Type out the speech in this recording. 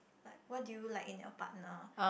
like what do you like in your partner